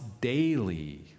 daily